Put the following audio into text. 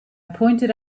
pointed